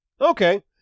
Okay